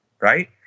Right